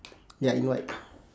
ya in white